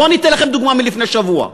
בואו אתן לכם דוגמה מלפני שבוע.